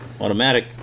automatic